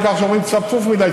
עד כדי כך שאומרים: צפוף מדי,